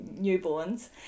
newborns